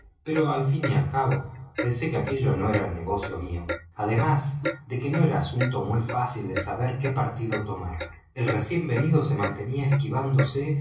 pero al fin y al cabo pensé que aquello no era negocio mío además de que no era asunto muy fácil el saber qué partido tomar el recién venido se mantenía esquivándose